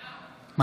בעד.